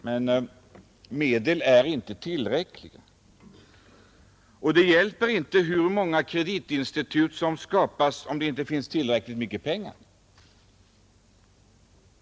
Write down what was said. Men bara medel är inte tillräckligt. Det hjälper inte heller hur många kreditinstitut som än skapas om det inte finns tillräckligt med pengar.